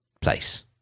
place